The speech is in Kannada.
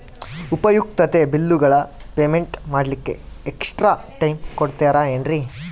ಉಪಯುಕ್ತತೆ ಬಿಲ್ಲುಗಳ ಪೇಮೆಂಟ್ ಮಾಡ್ಲಿಕ್ಕೆ ಎಕ್ಸ್ಟ್ರಾ ಟೈಮ್ ಕೊಡ್ತೇರಾ ಏನ್ರಿ?